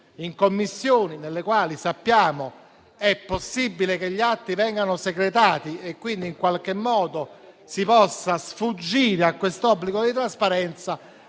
in Commissioni, nelle quali sappiamo essere possibile che gli atti vengano secretati, e quindi in qualche modo si possa sfuggire all'obbligo di trasparenza,